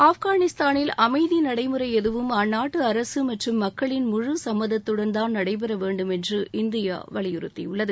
ஆப்கானிஸ்தானில் அமைதி நடைமுறை எதுவும் அந்நாட்டு அரசு மற்றும் மக்களின் முழு சம்மதத்துடன்தான் நடைபெறவேண்டும் என்று இந்தியா வலியுறுத்தியுள்ளது